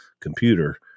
computer